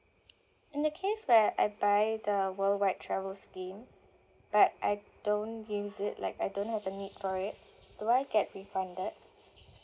in the case where I buy the worldwide travel scheme but I don't use it like I don't have any I get refunded